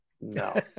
No